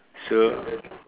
so uh